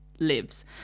lives